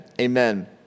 Amen